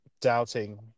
doubting